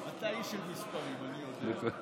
היום נצביע שוב בעד פיזור